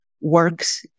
works